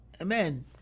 Amen